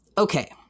Okay